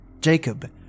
Jacob